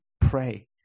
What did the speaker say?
pray